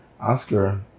Oscar